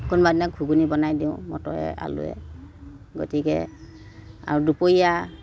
কোনোবাদিনা ঘুগুনি বনাই দিওঁ মটৰে আলুৱে গতিকে আৰু দুপৰীয়া